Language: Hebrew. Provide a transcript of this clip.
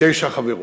תשע חברות.